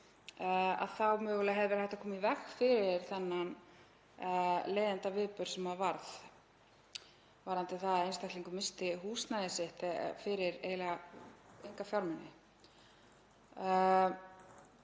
stað þá mögulega hefði verið hægt að koma í veg fyrir þennan leiðindaatburð sem varð varðandi það að einstaklingur missti húsnæði sitt fyrir eiginlega enga fjármuni.